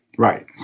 Right